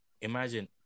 Imagine